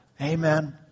Amen